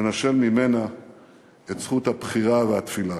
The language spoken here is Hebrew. לנשל ממנה את זכות הבחירה והתפילה.